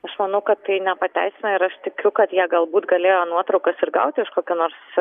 aš manau kad tai nepateisina ir aš tikiu kad jie galbūt galėjo nuotraukas ir gauti iš kokio nors